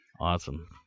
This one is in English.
Awesome